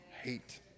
hate